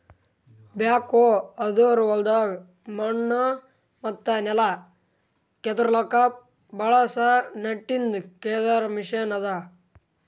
back ಹೋ ಅಂದುರ್ ಹೊಲ್ದಾಗ್ ಮಣ್ಣ ಮತ್ತ ನೆಲ ಕೆದುರ್ಲುಕ್ ಬಳಸ ನಟ್ಟಿಂದ್ ಕೆದರ್ ಮೆಷಿನ್ ಅದಾ